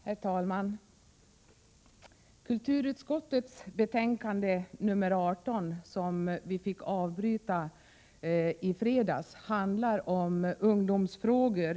Herr talman! I kulturutskottets betänkande nr 18, som vi började diskutera i fredags men då av tidsskäl tvingades avbryta debatten, behandlas ungdomsfrågor.